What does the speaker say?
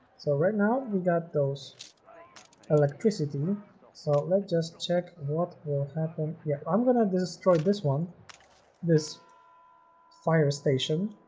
so right now we got those electricity so let's just check what will happen yeah i'm going to destroy this one this fire station